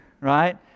Right